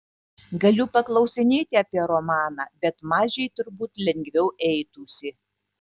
galiu paklausinėti apie romaną bet mažei turbūt lengviau eitųsi